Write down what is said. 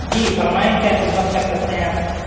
جی فرمائیں کیا خدمت کر سکتے ہیں آپ کی